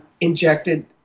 injected